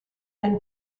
and